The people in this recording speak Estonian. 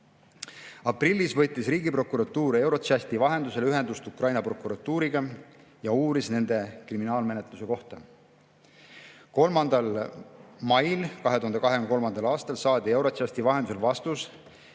Aprillis võttis Riigiprokuratuur Eurojusti vahendusel ühendust Ukraina prokuratuuriga ja uuris nende kriminaalmenetluse kohta. 3. mail 2023. aastal saadi Eurojusti vahendusel vastus,